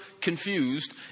confused